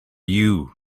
you